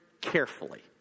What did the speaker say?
carefully